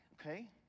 okay